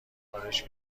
خارش